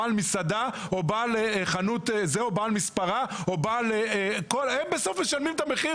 בעל מסעדה או בעל חנות או מספרה הם בסוף משלמים את המחיר